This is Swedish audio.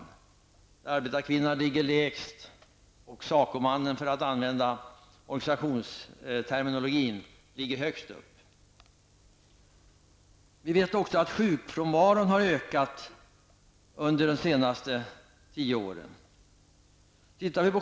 I den trappan står arbetarkvinnan längst ned och SACO-mannen, för att använda organisationsterminologin, högst upp. Vi vet också att sjukfrånvaron har ökat under de senaste tio åren.